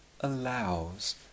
allows